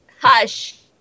Hush